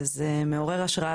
אז זה מעורר השראה,